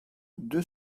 deux